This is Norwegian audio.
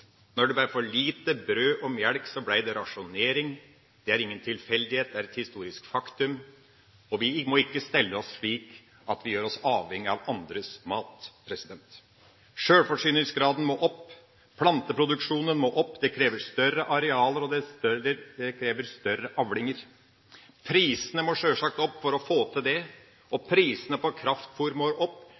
Når det ble for lite brød og mjølk, ble det rasjonering. Det er ingen tilfeldighet, det er et historisk faktum, og vi må ikke stelle oss slik at vi gjør oss avhengige av andres mat. Sjølforsyningsgraden må opp, og planteproduksjonen må opp. Det krever større arealer og større avlinger. Prisene må sjølsagt opp for å få til det. Prisene på kraftfôr må opp,